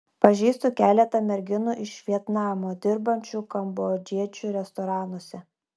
pažįstu keletą merginų iš vietnamo dirbančių kambodžiečių restoranuose